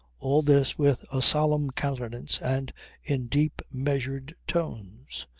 all this with a solemn countenance and in deep measured tones.